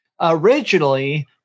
originally